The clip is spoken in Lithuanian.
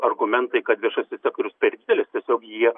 argumentai kad viešasis sektorius per didelis tiesiog jie